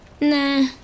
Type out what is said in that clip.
Nah